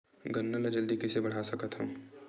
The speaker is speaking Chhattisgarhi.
गन्ना ल जल्दी कइसे बढ़ा सकत हव?